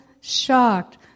shocked